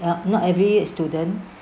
not not every student